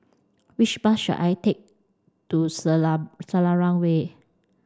which bus should I take to Selarang Way